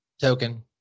Token